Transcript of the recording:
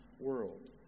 world